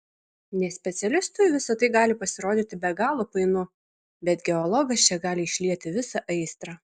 nespecialistui visa tai gali pasirodyti be galo painu bet geologas čia gali išlieti visą aistrą